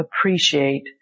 appreciate